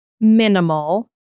minimal